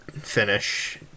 finish